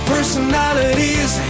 Personalities